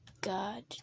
God